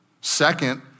Second